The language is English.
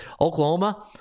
Oklahoma